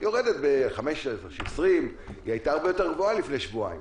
היה הרבה יותר גבוה לפני שבועיים.